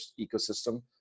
ecosystem